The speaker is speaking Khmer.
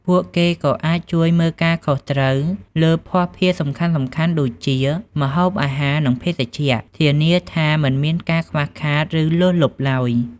ពួកគេក៏អាចជួយ មើលការខុសត្រូវ លើភ័ស្តុភារសំខាន់ៗដូចជា ម្ហូបអាហារ និង ភេសជ្ជៈ ធានាថាមិនមានការខ្វះខាត ឬលើសលប់ឡើយ។